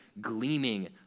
gleaming